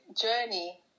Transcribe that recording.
journey